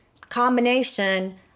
combination